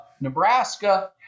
Nebraska